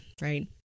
right